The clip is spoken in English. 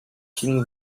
king